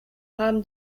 haben